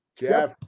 Jeff